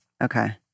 okay